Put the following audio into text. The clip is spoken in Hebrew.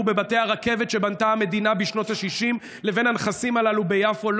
בבתי הרכבת שבנתה המדינה בשנות השישים לבין הנכסים הללו ביפו.